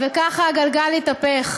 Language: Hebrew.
וככה הגלגל התהפך.